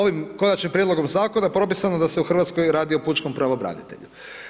Ovim konačnim prijedlogom zakona propisano je da se u Hrvatskoj radi o pučkom pravobranitelju.